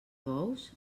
bous